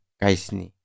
kaisni